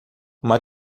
uma